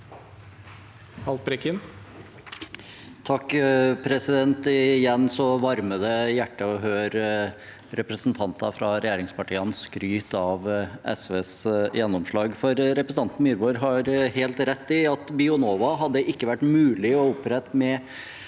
(SV) Igjen varmer det hjertet å høre representanter fra regjeringspartiene skryte av SVs gjennomslag. Representanten Myrvold har helt rett i at Bionova ikke hadde vært mulig å opprette med